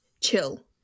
chill